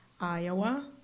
Iowa